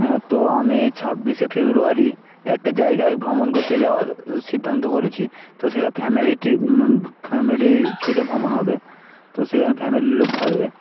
হ্যাঁ তো আমি ছাব্বিশে ফেব্রুয়ারি একটা জায়গায় ভ্রমণ করতে যাওয়ার সিদ্ধান্ত করেছি তো সেটা ফ্যামিলিতি ফ্যামিলি থেকে ভ্রমণ হবে তো সেখানে ফ্যামিলির লোক থাকবে